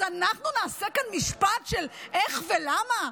אז אנחנו נעשה כאן משפט של איך ולמה?